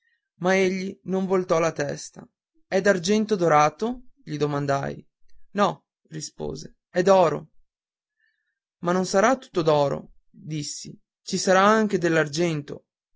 ma quegli non voltò la testa è d'argento dorato gli domandai no rispose è d'oro ma non sarà tutto d'oro dissi ci sarà anche